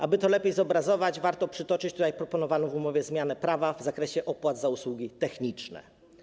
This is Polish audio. Aby to lepiej zobrazować, warto przytoczyć proponowaną w umowie zmianę prawa w zakresie opłat za usługi techniczne.